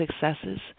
successes